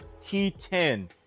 T10